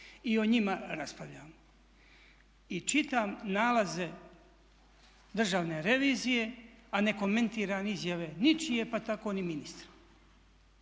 i o njima raspravljamo. I čitam nalaze Državne revizije a ne komentiram izjave ničije pa tako ni ministra.